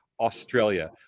Australia